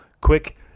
Quick